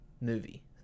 movie